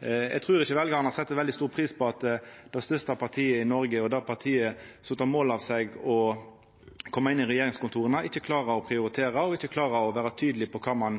Eg trur ikkje veljarane set veldig stor pris på at det største partiet i Noreg, det partiet som tek mål av seg til å koma inn i regjeringskontora, ikkje klarar å prioritera og ikkje klarar å vera tydeleg på kva ein